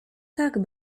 tak